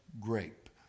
grape